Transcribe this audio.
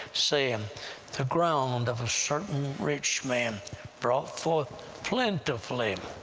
saying, the ground of a certain rich man brought forth plentifully